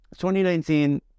2019